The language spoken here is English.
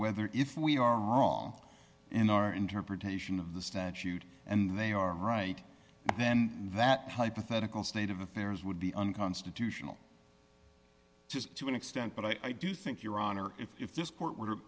whether if we are wrong in our interpretation of the statute and they are right then that hypothetical state of affairs would be unconstitutional just to an extent but i do think your honor if this court were